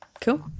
Cool